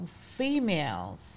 females